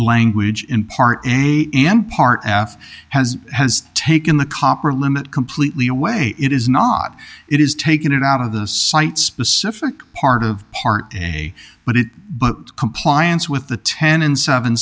language in part a and part af has has taken the copper limit completely away it is not it is taking it out of the site specific part of part a but it but compliance with the ten and seven